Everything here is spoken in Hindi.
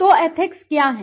तो एथिक्स क्या है